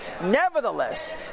Nevertheless